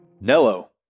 nello